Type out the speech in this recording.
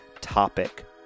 topic